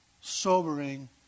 sobering